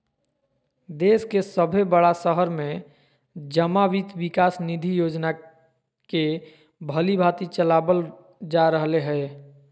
देश के सभे बड़ा शहर में जमा वित्त विकास निधि योजना के भलीभांति चलाबल जा रहले हें